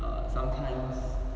err